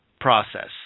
process